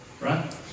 right